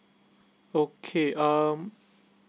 okay um